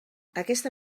aquesta